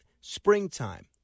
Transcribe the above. springtime